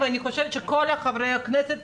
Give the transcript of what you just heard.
ואני חושבת שכל חברי הכנסת